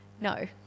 No